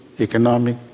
economic